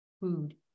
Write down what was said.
food